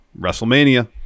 WrestleMania